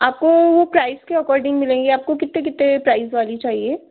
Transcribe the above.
आपको प्राइस के अकॉर्डिंग मिलेंगी आपको कितने कितने वाली प्राइस चाहिए